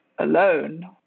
alone